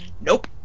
nope